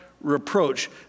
reproach